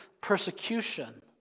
persecution